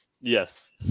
Yes